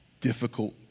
difficult